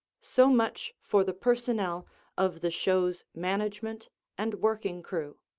so much for the personnel of the show's management and working crew.